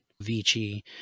Vici